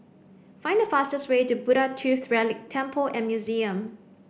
find the fastest way to Buddha Tooth Relic Temple and Museum